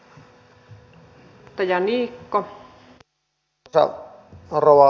arvoisa rouva puhemies